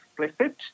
explicit